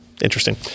interesting